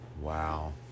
Wow